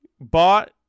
bought